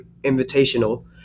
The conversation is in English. Invitational